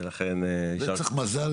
של ח"כ אלל דלל